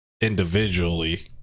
individually